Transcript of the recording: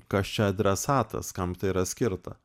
kas čia adresatas kam tai yra skirta